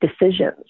decisions